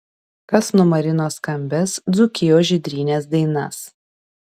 kas numarino skambias dzūkijos žydrynės dainas